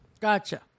Gotcha